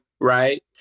right